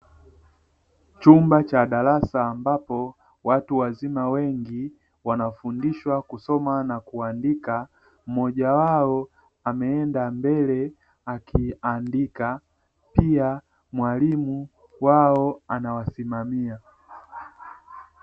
Chumba cha darasa ambapo watu wazima wengi wanafundishwa kusoma na kuandika, mmoja wao ameenda mbele akiandika pia mwalimu wao anawasimamia.